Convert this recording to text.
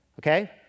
Okay